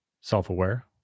self-aware